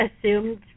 assumed